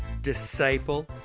Disciple